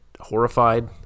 horrified